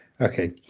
Okay